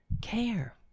care